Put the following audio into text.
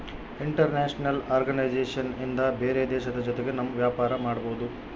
international organisation ಇಂದ ಬೇರೆ ದೇಶದ ಜೊತೆಗೆ ನಮ್ ವ್ಯಾಪಾರ ಮಾಡ್ಬೋದು